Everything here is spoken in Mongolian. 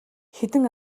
хэдэн